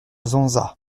zonza